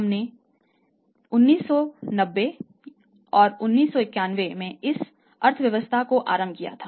हमने 1990 1991 में इस अर्थव्यवस्था का आरंभ किया था